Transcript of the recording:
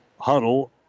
huddle